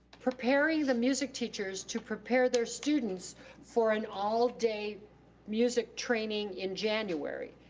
preparing the music teachers to prepare their students for an all-day music training in january.